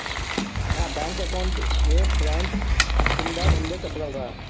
నా bank account ఏ branch కిందా ఉందో చెప్పగలరా?